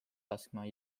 laskma